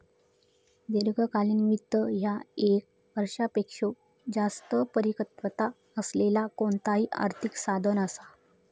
दीर्घकालीन वित्त ह्या ये क वर्षापेक्षो जास्त परिपक्वता असलेला कोणताही आर्थिक साधन असा